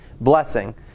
blessing